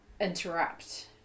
interrupt